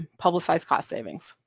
publicize cost savings.